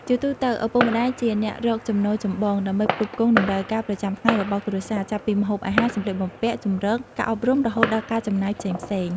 ជាទូទៅ ឪពុកម្ដាយជាអ្នករកចំណូលចម្បង ដើម្បីផ្គត់ផ្គង់តម្រូវការប្រចាំថ្ងៃរបស់គ្រួសារ ចាប់ពីម្ហូបអាហារ សម្លៀកបំពាក់ ជម្រក ការអប់រំ រហូតដល់ការចំណាយផ្សេងៗ។